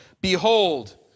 Behold